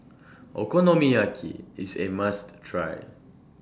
Okonomiyaki IS A must Try